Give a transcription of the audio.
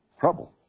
trouble